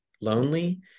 lonely